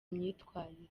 myitwarire